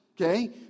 okay